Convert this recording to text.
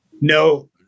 No